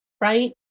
right